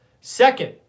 second